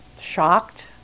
shocked